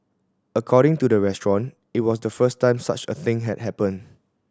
according to the restaurant it was the first time such a thing had happened